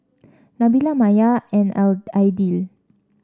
Nabila Maya and Aild Aidil